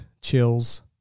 chills